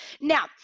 now